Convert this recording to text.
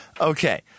Okay